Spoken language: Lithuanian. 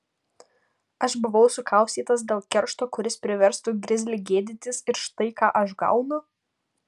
aš buvau sukaustytas dėl keršto kuris priverstų grizlį gėdytis ir štai ką aš gaunu